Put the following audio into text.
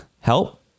help